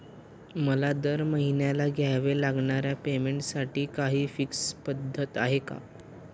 मला दरमहिन्याला द्यावे लागणाऱ्या पेमेंटसाठी काही फिक्स पद्धत आहे का?